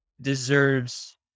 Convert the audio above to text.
deserves